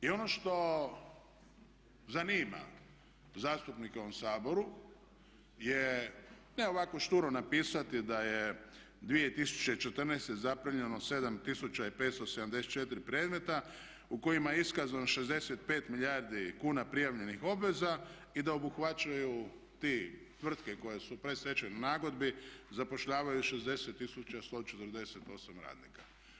I ono što zanima zastupnike u ovom Saboru je ne ovako šturu napisati da je 2014.zaprimljeno 7574 predmeta u kojima je iskazano 65 milijardi kuna prijavljenih obveza i da obuhvaćaju te tvrtke koje su u predstečajnoj nagodbi zapošljavaju 60 148 radnika.